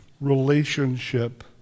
relationship